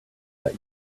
let